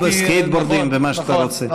ורוכבי סקייטבורדים ומה שאתה רוצה.